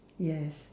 yes